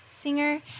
singer